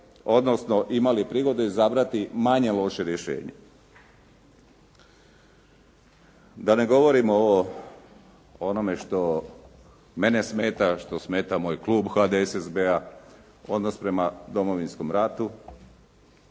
odnosno imali prigode izabrati manje loše rješenje. Da ne govorim o onome što mene smeta, što smeta moj klub HDSSB-a, odnos prema Domovinskom ratu,